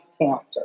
counter